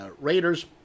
Raiders